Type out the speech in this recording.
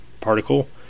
particle